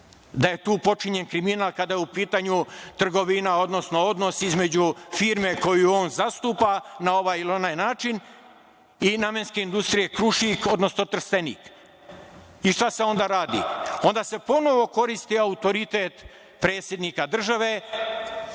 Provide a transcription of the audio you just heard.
da je tu počinjen kriminal kada je u pitanju trgovina, odnosno odnos između firme koju on zastupa na ovaj ili onaj način i namenske industrije "Krušik", odnosno Trstenik. Šta se onda radi? Onda se ponovo koristi autoritet predsednika države,